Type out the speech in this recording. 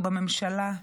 לא בממשלה,